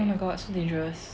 oh my god so dangerous